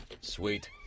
Sweet